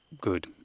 good